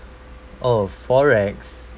oh forex